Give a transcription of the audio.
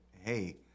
hey